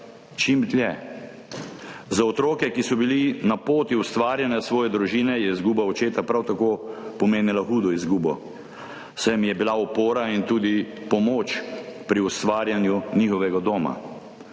čim dlje. Za otroke, ki so bili na poti ustvarjanja svoje družine, je izguba očeta prav tako pomenila hudo izgubo, saj jim je bil opora in tudi pomoč pri ustvarjanju njihovega doma.